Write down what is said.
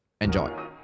Enjoy